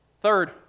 Third